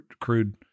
crude